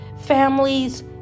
families